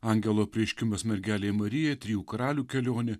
angelo apreiškimas mergelei marijai trijų karalių kelionė